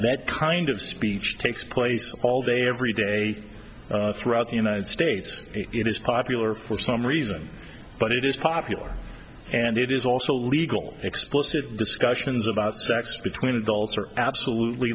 that kind of speech takes place all day every day throughout the united states it is popular for some reason but it is popular and it is also illegal explicit discussions about sex between adults are absolutely